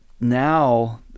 now